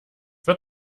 wird